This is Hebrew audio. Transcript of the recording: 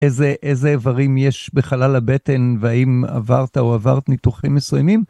איזה איברים יש בחלל הבטן והאם עברתה או עברת ניתוחים מסוימים?